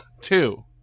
Two